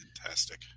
Fantastic